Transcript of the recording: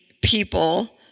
people